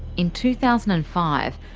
in two thousand and five,